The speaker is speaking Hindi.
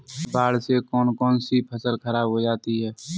बाढ़ से कौन कौन सी फसल खराब हो जाती है?